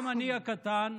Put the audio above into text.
גם אני, הקטן,